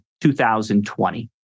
2020